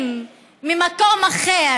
הגנה עצמית.